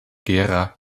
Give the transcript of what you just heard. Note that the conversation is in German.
gera